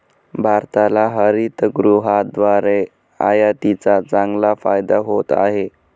भारताला हरितगृहाद्वारे आयातीचा चांगला फायदा होत आहे